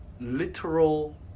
literal